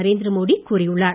நரேந்திர மோடி கூறியுள்ளார்